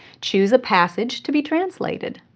choose a passage to be translated.